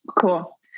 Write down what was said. Cool